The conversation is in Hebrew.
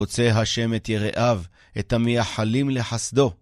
רוצה השם את יראיו, את המייחלים לחסדו.